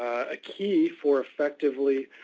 a key for effectively